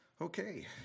Okay